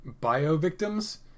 bio-victims